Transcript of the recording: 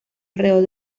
alrededor